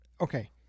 Okay